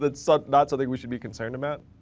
that's not something we should be concerned about.